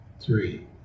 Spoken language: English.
three